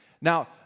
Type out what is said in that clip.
Now